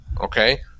Okay